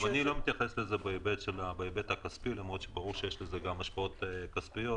אני לא מתייחס לזה בהיבט הכספי למרות שברור שיש לזה גם השפעות כספיות,